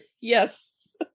Yes